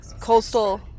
Coastal